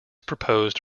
proposed